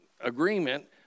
agreement